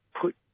put